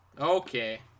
Okay